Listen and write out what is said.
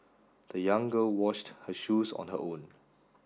the young girl washed her shoes on her own